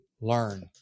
learn